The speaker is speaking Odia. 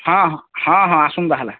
ହଁ ହଁ ଆସନ୍ତୁ ତାହାଲେ